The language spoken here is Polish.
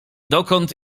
dokąd